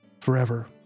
forever